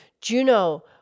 Juno